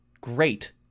great